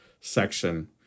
section